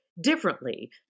differently